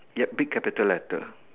yup big capital letter